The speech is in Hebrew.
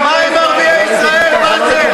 מה עם ערביי ישראל, באסל?